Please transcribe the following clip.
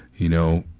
you know,